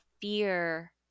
fear